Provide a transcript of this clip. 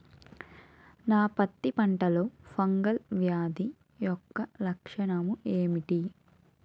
నా పత్తి పంటలో ఫంగల్ వ్యాధి యెక్క లక్షణాలు ఏంటి?